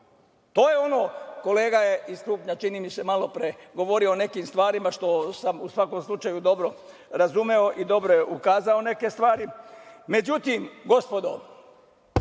To je ono, kolega iz Krupnja je malopre govorio o nekim stvarima, što sam u svakom slučaju dobro razumeo i dobro je ukazao na neke stvari.Međutim, gospodo,